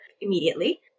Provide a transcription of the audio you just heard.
immediately